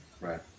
Right